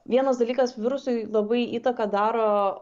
vienas dalykas virusui labai įtaką daro